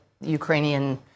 Ukrainian